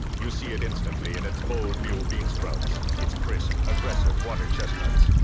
you see it instantly in its bold new bean sprouts. it's crisp, aggressive water chestnuts.